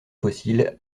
fossile